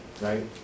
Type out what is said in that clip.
right